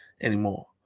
anymore